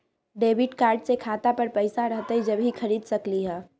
Debit card से खाता पर पैसा रहतई जब ही खरीद सकली ह?